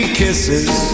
kisses